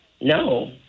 No